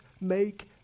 make